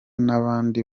n’abandi